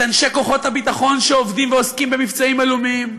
את אנשי כוחות הביטחון שעובדים ועוסקים במבצעים עלומים.